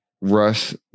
Russ